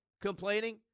complaining